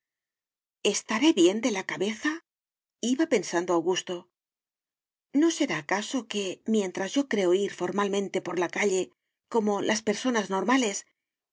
estaré bien de la cabeza iba pensando augusto no será acaso que mientras yo creo ir formalmente por la calle como las personas normales